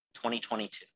2022